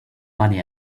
money